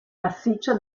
massiccio